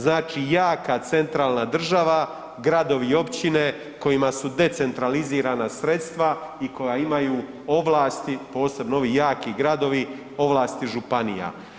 Znači, jaka centralna država, gradovi i općine kojima su decentralizirana sredstva i koja imaju ovlasti, posebno ovi jaki gradovi, ovlasti županija.